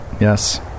Yes